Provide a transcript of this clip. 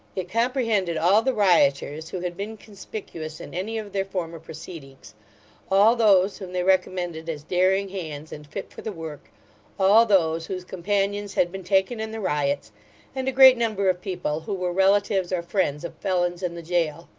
it comprehended all the rioters who had been conspicuous in any of their former proceedings all those whom they recommended as daring hands and fit for the work all those whose companions had been taken in the riots and a great number of people who were relatives or friends of felons in the jail.